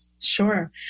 Sure